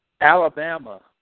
Alabama